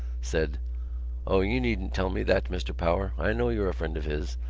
said o, you needn't tell me that, mr. power. i know you're a friend of his,